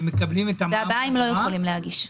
הבהאיים לא יכולים להגיש.